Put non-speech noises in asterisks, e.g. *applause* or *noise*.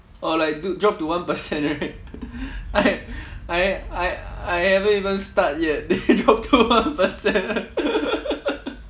oh like dude drop to one percent right I I I I haven't even start yet then it drops to one percent *laughs*